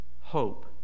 hope